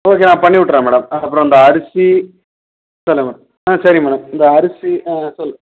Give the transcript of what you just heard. okay நான் பண்ணி விட்டுர்றேன் மேடம் அதுக்கப்புறம் இந்த அரிசி சொல்லுங்கள் ஆ சரி மேடம் இந்த அரிசி ஆ சொல்